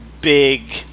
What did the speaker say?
big